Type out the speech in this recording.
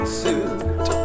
suit